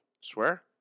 Swear